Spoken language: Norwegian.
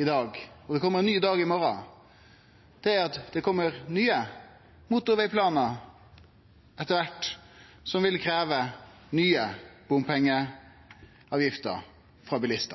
i dag og veit at det kjem ein ny dag i morgon, er at det kjem nye motorvegplanar etter kvart, som vil krevje nye